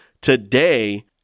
today